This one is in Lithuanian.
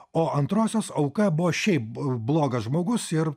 o antrosios auka buvo šiaip blogas žmogus ir